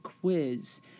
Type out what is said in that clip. quiz